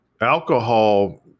Alcohol